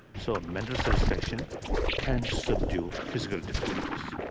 so mental satisfaction can subdue physical difficulties.